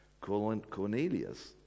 Cornelius